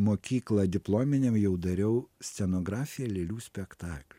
mokyklą diplominiam jau dariau scenografiją lėlių spektakliui